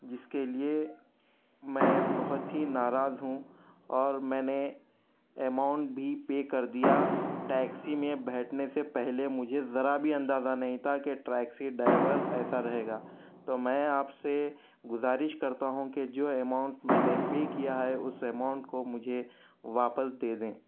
جس کے لیے میں بہت ہی ناراض ہوں اور میں نے اماؤنٹ بھی پے کر دیا ٹیکسی میں بیٹھنے سے پہلے مجھے ذرا بھی اندازہ نہیں تھا کہ ٹیکسی ڈرائیور ایسا رہے گا تو میں آپ سے گزارش کرتا ہوں کہ جو اماؤنٹ میں نے پے کیا ہے اس اماؤنٹ کو مجھے واپس دے دیں